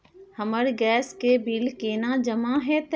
हमर गैस के बिल केना जमा होते?